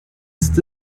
ist